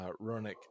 Ronick